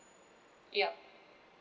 yup